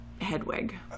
Hedwig